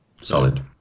Solid